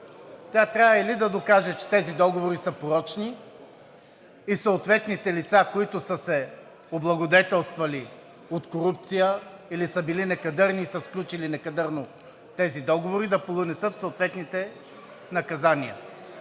тя трябва или да докаже, че тези договори са порочни и съответните лица, които са се облагодетелствали от корупция или са били некадърни и са сключили некадърно тези договори, да понесат съответните наказания.